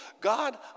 God